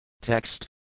Text